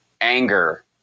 anger